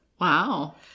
Wow